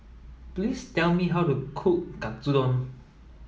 please tell me how to cook Katsudon